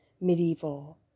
medieval